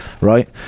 right